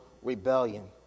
rebellion